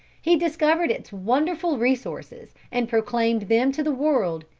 he discovered its wonderful resources, and proclaimed them to the world.